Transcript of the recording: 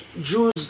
Jews